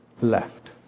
left